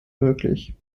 möglich